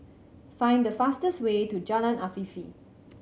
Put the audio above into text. find the fastest way to Jalan Afifi